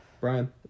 Brian